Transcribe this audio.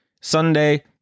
Sunday